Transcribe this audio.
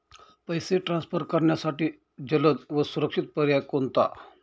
पैसे ट्रान्सफर करण्यासाठी जलद व सुरक्षित पर्याय कोणता?